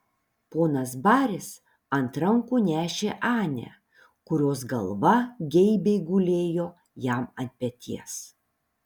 ponas baris ant rankų nešė anę kurios galva geibiai gulėjo jam ant peties